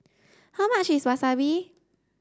how much is Wasabi